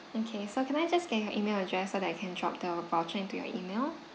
okay so can I just get your email address so that I can drop the voucher into your email